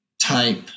type